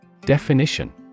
Definition